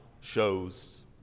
shows